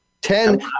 Ten